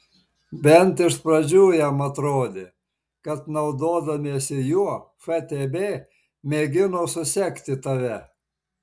bent iš pradžių jam atrodė kad naudodamiesi juo ftb mėgino susekti tave